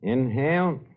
Inhale